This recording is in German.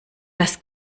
das